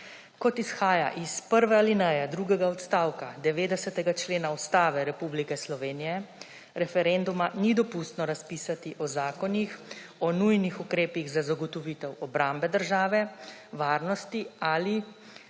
Kot izhaja iz prve alineje drugega odstavka 90. člena Ustave Republike Slovenije, referenduma ni dopustno razpisati o zakonih o nujnih ukrepih za zagotovitev obrambe države, varnosti ali